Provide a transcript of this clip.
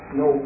no